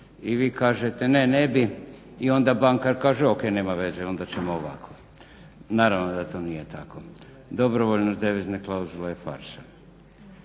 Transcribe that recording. i vi kažete ne, ne bi i onda bankar kaže ok, nema veze, onda ćemo ovako. Naravno da to nije tako. Dobrovoljna devizna klauzula je farsa.